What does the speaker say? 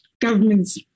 governments